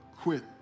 quit